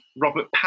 Robert